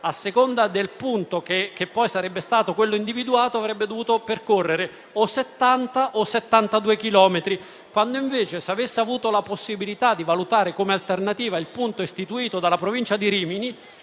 a seconda del punto che sarebbe stato individuato, avrebbe dovuto percorrere 70 o 72 chilometri, quando invece, se avesse avuto la possibilità di valutare come alternativa quello istituito dalla Provincia di Rimini,